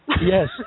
Yes